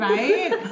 Right